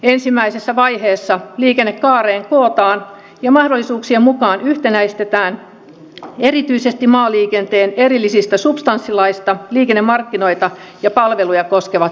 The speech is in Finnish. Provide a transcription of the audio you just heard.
ensimmäisessä vaiheessa liikennekaareen kootaan ja mahdollisuuksien mukaan yhtenäistetään erityisesti maaliikenteen erillisistä substanssilaeista liikennemarkkinoita ja palveluja koskevat säädökset